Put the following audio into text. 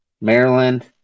Maryland